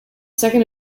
second